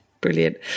Brilliant